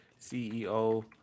CEO